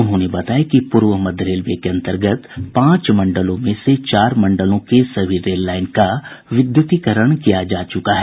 उन्होंने बताया कि पूर्व मध्य रेलवे के अन्तर्गत पांच मंडलों में से चार मंडलों के सभी रेललाईन का विद्युतीकरण किया जा चुका है